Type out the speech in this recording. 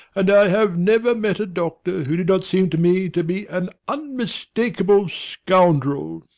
and i have never met a doctor who did not seem to me to be an unmistakable scoundrel.